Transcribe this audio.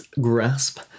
grasp